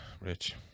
rich